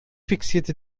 fixierte